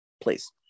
Please